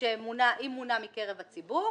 אם מונה מקרב הציבור,